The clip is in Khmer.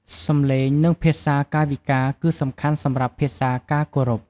សំឡេង និងភាសាកាយវិការ គឹសំខាន់សំរាប់ភាសាការគោរព។